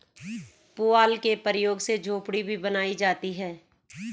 पुआल के प्रयोग से झोपड़ी भी बनाई जाती है